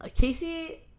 Casey